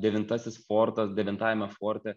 devintasis fortas devintajame forte